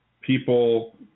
people